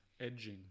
edging